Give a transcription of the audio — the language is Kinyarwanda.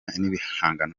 n’ibihangano